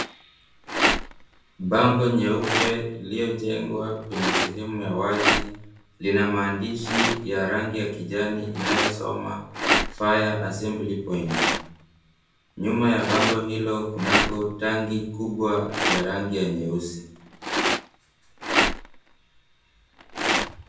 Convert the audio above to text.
Bango nyeupe iliyojengwa kwenye sehemu ya wazi lina maandishi ya rangi ya kijani inayosoma "Fire Assembly Point". Nyuma ya bango hilo, kunako tangi kubwa ya rangi ya nyeusi.